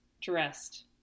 dressed